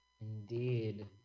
Indeed